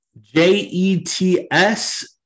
J-E-T-S